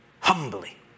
humbly